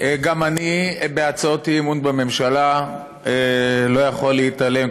גם אני בהצעות האי-אמון בממשלה לא יכול להתעלם,